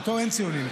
איתו אין ציונים.